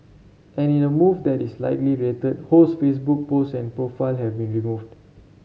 and in a move that is likely related Ho's Facebook post and profile have been removed